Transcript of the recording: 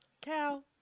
Cal